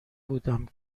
بودم